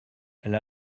elle